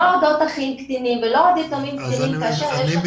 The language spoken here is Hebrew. לא אודות אחים קטינים ולא --- אני מבין